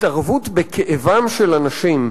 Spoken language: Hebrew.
התערבות בכאבם של אנשים,